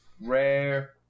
Rare